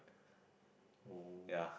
ya